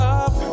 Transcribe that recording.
up